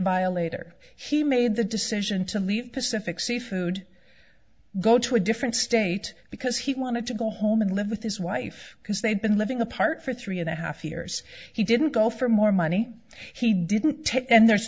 violator he made the decision to leave pacific seafood go to a different state because he wanted to go home and live with his wife because they'd been living apart for three and a half years he didn't go for more money he didn't take and there's